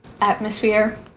atmosphere